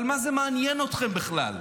אבל מה זה מעניין אתכם בכלל?